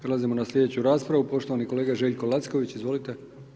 Prelazimo na sljedeću raspravu, poštovani kolega Željko Lacković, izvolite.